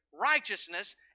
righteousness